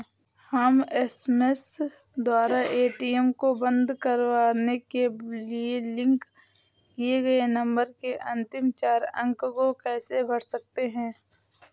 हम एस.एम.एस द्वारा ए.टी.एम को बंद करवाने के लिए लिंक किए गए नंबर के अंतिम चार अंक को कैसे भर सकते हैं?